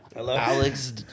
Alex